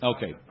Okay